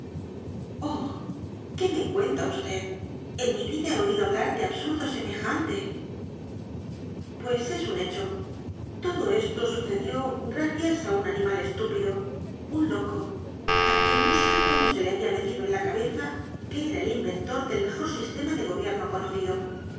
qué me cuenta vd en mi vida he oído hablar de absurdo semejante pues es un hecho todo esto sucedió gracias á un animal estúpido un loco á quien no sé como se le habla metido en la cabeza que era el inventor del mejor sistema de gobierno conocido